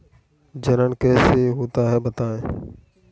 जनन कैसे होता है बताएँ?